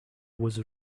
was